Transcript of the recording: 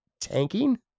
tanking